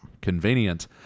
Convenient